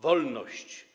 Wolność!